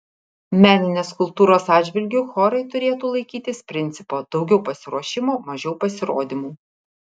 meninės kultūros atžvilgiu chorai turėtų laikytis principo daugiau pasiruošimo mažiau pasirodymų